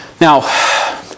Now